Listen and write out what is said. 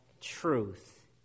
truth